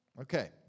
Okay